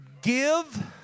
Give